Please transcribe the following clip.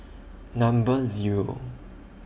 Number Zero